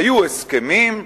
היו הסכמים.